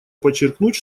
подчеркнуть